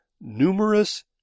numerous